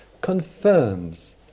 confirms